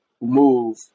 move